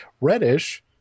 reddish